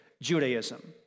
Judaism